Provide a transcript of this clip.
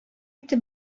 итеп